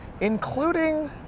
including